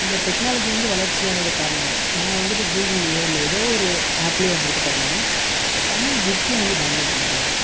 இந்த டெக்னாலஜி வந்து வளர்ச்சி ஆனதுக்கு காரணமா நம்ம வந்துட்டு கூகுள்லியோ இல்லை எதோவொரு ஆப்லையோ வந்துட்டு பார்த்தீங்கனா தமிழ் புக்கே வந்து டவுன்லோட் பண்ணிக்கலாங்க